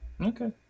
okay